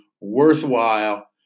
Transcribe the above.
worthwhile